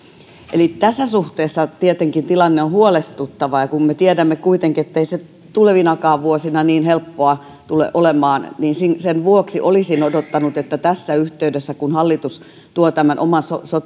eli tässä suhteessa tietenkin tilanne on huolestuttava ja kun me tiedämme kuitenkin ettei se tulevinakaan vuosina niin helppoa tule olemaan niin sen vuoksi olisin odottanut että tässä yhteydessä kun hallitus tuo tämän